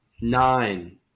Nine